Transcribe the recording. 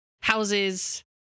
houses